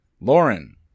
Lauren